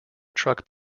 truck